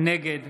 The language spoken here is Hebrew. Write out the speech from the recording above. נגד